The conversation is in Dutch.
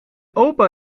opa